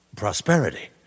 prosperity